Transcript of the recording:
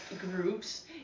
groups